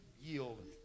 yield